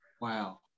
Wow